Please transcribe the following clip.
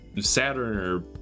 saturn